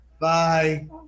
Bye